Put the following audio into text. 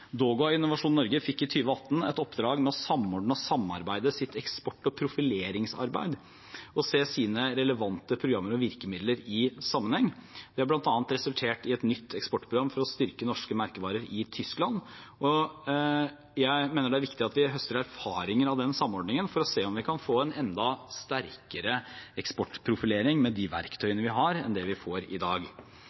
DOGA og Innovasjon Norge fikk i 2018 et oppdrag med å samordne og samarbeide i sitt eksport- og profileringsarbeid og se sine relevante programmer og virkemidler i sammenheng. Det har bl.a. resultert i et nytt eksportprogram for å styrke norske merkevarer i Tyskland, og jeg mener det er viktig at vi høster erfaringer av den samordningen for å se om vi kan få en enda sterkere eksportprofilering med de verktøyene vi har, enn det vi får i dag.